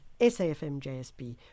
SAFMJSB